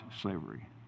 slavery